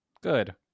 Good